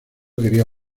quería